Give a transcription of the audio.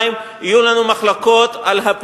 יהיו לנו מחלוקות על ירושלים,